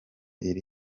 iri